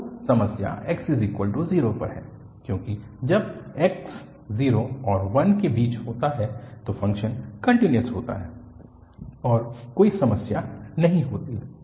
तो समस्या x0 पर है क्योंकि जब x 0 और 1 के बीच होता है तो फ़ंक्शन कन्टिन्यूअस होता है और कोई समस्या नहीं होती है